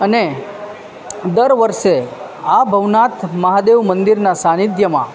અને દર વર્ષે આ ભવનાથ મહાદેવ મંદિરનાં સાંનિધ્યમાં